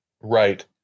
Right